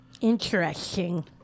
Interesting